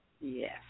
yes